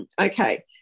okay